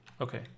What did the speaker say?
Okay